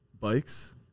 bikes